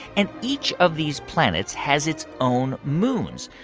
and each of these planets has its own moons,